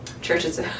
churches